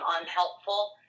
unhelpful